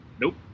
nope